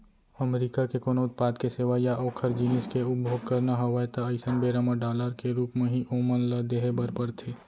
अमरीका के कोनो उत्पाद के सेवा या ओखर जिनिस के उपभोग करना हवय ता अइसन बेरा म डॉलर के रुप म ही ओमन ल देहे बर परथे